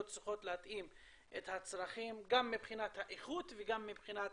צריכות להתאים את הצרכים גם מבחינת האיכות וגם מבחינת